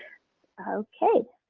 ok.